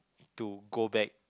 to go back